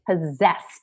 possessed